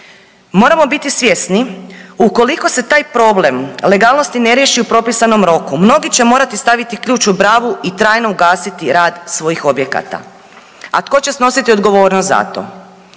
Moramo biti svjesni ukoliko se taj problem legalnosti ne riješi u propisanom roku mnogi će morati staviti ključ u bravu i trajno ugasiti rad svojih objekata. A tko će snositi odgovornost za to?